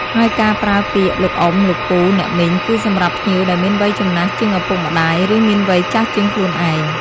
ហើយការប្រើពាក្យ លោកអ៊ុំ លោកពូ អ្នកមីង គឺសម្រាប់ភ្ញៀវដែលមានវ័យចំណាស់ជាងឪពុកម្តាយ ឬមានវ័យចាស់ជាងខ្លួនឯង។